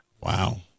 Wow